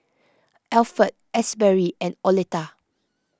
Alpha Asberry and Oleta